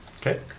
Okay